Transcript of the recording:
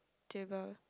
table